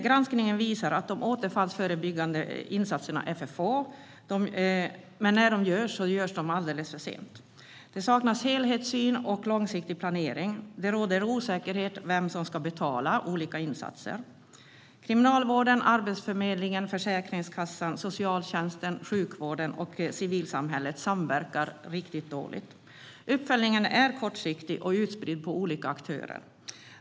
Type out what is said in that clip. Granskningen visar att de återfallsförebyggande insatserna är för få och görs alldeles för sent. Det saknas helhetssyn och långsiktig planering. Det råder osäkerhet om vem som ska betala olika insatser. Kriminalvården, Arbetsförmedlingen, Försäkringskassan, socialtjänsten, sjukvården och civilsamhället samverkar riktigt dåligt. Uppföljningen är kortsiktig och utspridd på olika aktörer.